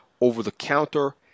over-the-counter